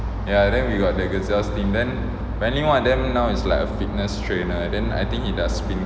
ya then we got the gazelles team then one of them now is like a fitness trainer then I think he does spin